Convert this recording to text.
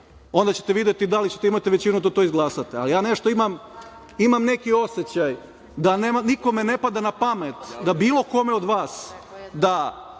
onda ćete videti da li ćete imati većinu da to izglasate. Ali, ja nešto imam neki osećaj da nekome ne pada na pamet da bilo kome od vas da